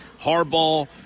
Harbaugh